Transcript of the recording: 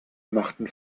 machten